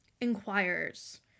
inquires